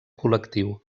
col·lectiu